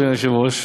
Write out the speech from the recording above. אדוני היושב-ראש,